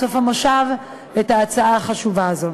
עד סוף המושב את ההצעה החשובה הזו.